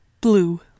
BLUE